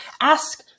Ask